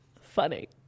Funny